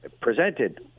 presented